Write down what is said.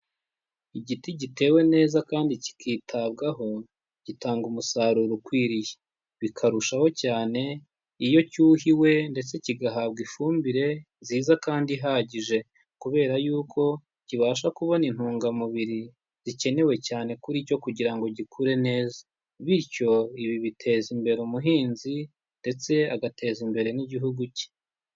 Igiti gitewe neza kandi kikitabwaho, gitanga umusaruro ukwiriye, bikarushaho cyane iyo cyuhiwe ndetse kigahabwa ifumbire nziza kandi ihagije, kubera yuko kibasha kubona intungamubiri zikenewe cyane kuri cyo kugira ngo gikure neza, bityo ibi biteza imbere ubuhinzi ndetse agateza imbere n'igihugu cye.